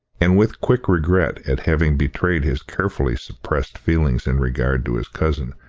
and with quick regret at having betrayed his carefully suppressed feelings in regard to his cousin,